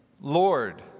Lord